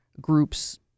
groups